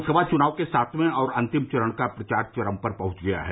लोकसभा चुनाव के सातवें और अन्तिम चरण का प्रचार चरम पर पहुंच गया है